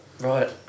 right